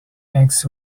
eggs